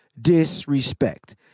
disrespect